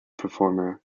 performer